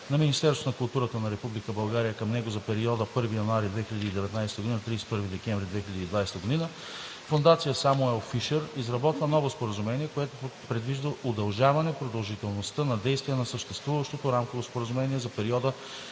на Министерството на културата на Република България към него за периода 1 януари 2019 г. – 31 декември 2020 г., Фондация „Самуел Фишер“ изработва ново споразумение, което предвижда удължаване продължителността на действие на съществуващото Рамково споразумение за периода